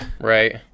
Right